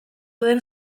den